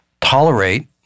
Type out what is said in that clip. tolerate